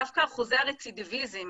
אחוזי הרצידיוויזם